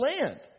land